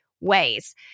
ways